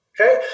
okay